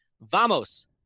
Vamos